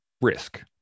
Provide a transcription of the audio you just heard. risk